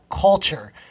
culture